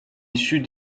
issus